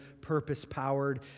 purpose-powered